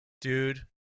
Dude